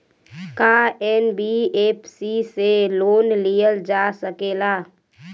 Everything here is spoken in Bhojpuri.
का एन.बी.एफ.सी से लोन लियल जा सकेला?